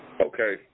Okay